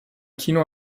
kino